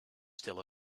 still